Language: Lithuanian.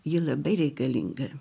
ji labai reikalinga